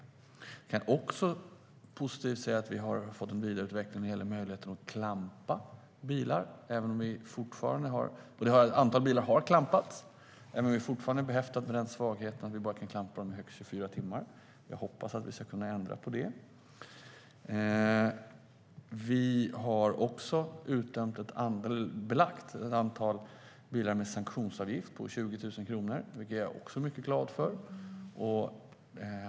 Jag kan också positivt säga att vi har fått en vidareutveckling när det gäller möjligheten att klampa bilar. Ett antal bilar har klampats, även om detta fortfarande är behäftat med svagheten att vi bara kan klampa dem i högst 24 timmar. Jag hoppas att vi ska kunna ändra på det. Vi har också belagt ett antal bilar med en sanktionsavgift på 20 000 kronor, vilket jag är mycket glad för.